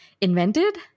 invented